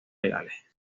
legales